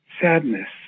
sadness